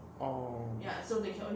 orh